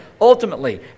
ultimately